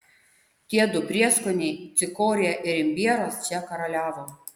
tie du prieskoniai cikorija ir imbieras čia karaliavo